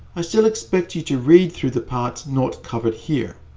i still expect you to read through the parts not covered here.